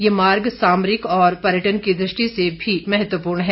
यह मार्ग सामरिक और पर्यटन की दृष्टि से भी महत्वपूर्ण है